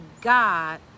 god